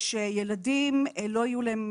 שילדים לא יהיו להם